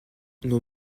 nos